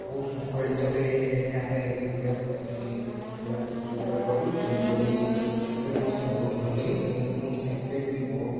ବହୁତ ଶୃଙ୍ଖଳିତ ବିରେ ଆମେ କ୍ରୀଡ଼ା ପ୍ରତି କ୍ରୀଡ଼ା ପ୍ରତିଯୋଗିତା କରୁ ତେଣୁକରି କ୍ରିକେଟ୍ ମତେ ବହୁତ ଭଲ ଲାଗେ ତେଣୁକରି ମତେ କ୍ରିକେଟ୍ ବି ବହୁତ